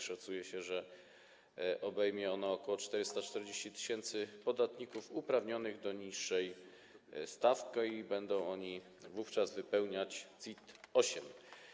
Szacuje się, że obejmie ono ok. 440 tys. podatników uprawnionych do niższej stawki i będą oni wówczas wypełniać CIT-8.